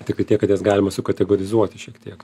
tikai tiek kad jas galima su kategorizuoti šiek tiek